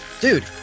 Dude